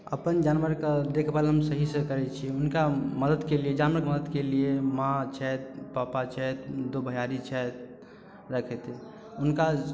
अपन जानवर कऽ देखभाल हम सही सऽ करै छी हुनका मदद के लियऽ जानवर के मदद के लिए माँ छैथ पापा छैथ दो भैयारी छैथ ओकरा खातिर हुनका